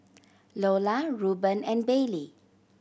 Loula Ruben and Bailey